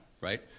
right